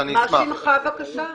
מה שמך בבקשה?